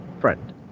friend